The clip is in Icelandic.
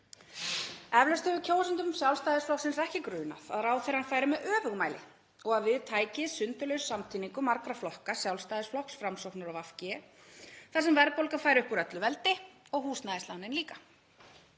Eflaust hefur kjósendur Sjálfstæðisflokksins ekki grunað að ráðherrann færi með öfugmæli og við tæki sundurlaus samtíningur margra flokka; Sjálfstæðisflokks, Framsóknar og VG, þar sem verðbólgan færi upp úr öllu valdi og húsnæðislánin líka.